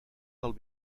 del